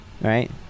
right